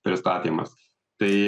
pristatymas tai